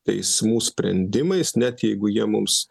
teismų sprendimais net jeigu jie mums